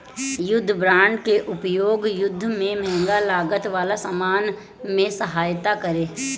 युद्ध बांड के उपयोग युद्ध में महंग लागत वाला सामान में सहायता करे